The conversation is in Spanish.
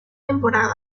temporada